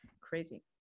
crazy